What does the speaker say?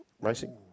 racing